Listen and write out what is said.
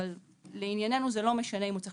אבל לענייננו זה לא משנה אם הוא צריך